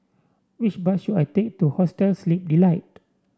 which bus should I take to Hostel Sleep Delight